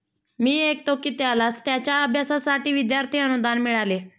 मी ऐकतो की त्याला त्याच्या अभ्यासासाठी विद्यार्थी अनुदान मिळाले